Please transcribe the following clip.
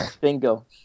Bingo